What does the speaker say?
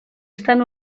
estan